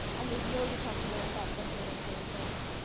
and there's no detectable effect on earnings or employment.